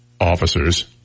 officers